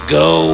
go